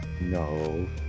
no